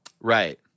Right